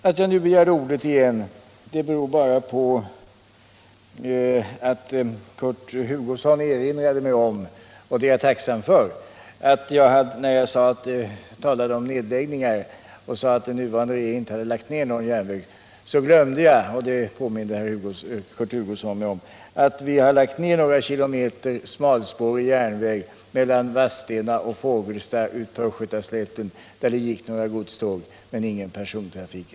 Att jag nu begärt ordet igen beror bara på att Kurt Hugosson, när jag talade om nedläggningar och sade att den nuvarande regeringen inte hade lagt ned någon järnväg, erinrade mig om — och det är jag tacksam för — att jag glömde att vi har lagt ned några kilometer smalspårig järnväg mellan Vadstena och Fågelsta ute på östgötaslätten, där det gick några godståg men ingen persontrafik.